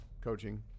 coaching